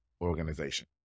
organization